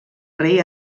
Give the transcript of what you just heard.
rei